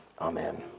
amen